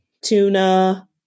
Tuna